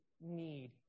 need